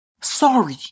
sorry